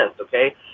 Okay